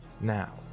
Now